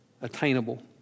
attainable